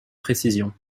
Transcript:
précision